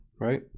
right